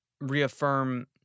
reaffirm